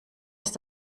ist